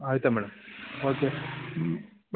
ಆಯ್ತು madam okay ಹ್ಞೂ